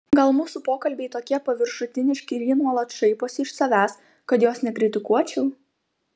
gal mūsų pokalbiai tokie paviršutiniški ir ji nuolat šaiposi iš savęs kad jos nekritikuočiau